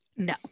no